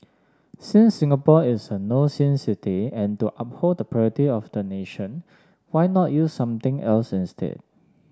since Singapore is a no sin city and to uphold the purity of the nation why not use something else instead